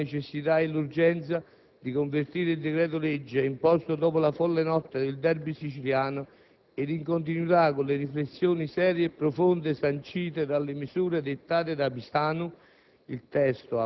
Ecco la necessità e l'urgenza di convertire il decreto-legge, imposto dopo la folle notte del *derby* siciliano, ed in continuità con le riflessioni serie e profonde sancite dalle misure dettate da Pisanu.